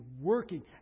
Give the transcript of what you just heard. working